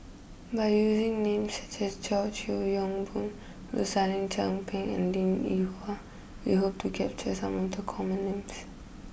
by using names such as George Yeo Yong Boon Rosaline Chan Pang and Linn in Hua we hope to capture some of the common names